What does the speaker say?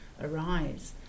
arise